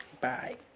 Bye